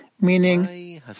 meaning